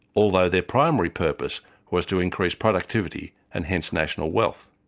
although their primary purpose was to increase productivity and hence national wealth.